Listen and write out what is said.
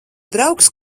draugs